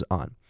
on